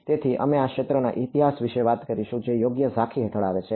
તેથી અમે આ ક્ષેત્રના ઇતિહાસ વિશે વાત કરીશું જે યોગ્ય ઝાંખી હેઠળ આવે છે